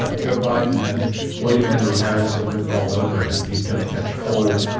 ah joe biden has william henry harrison written all over him he's going to catch cold,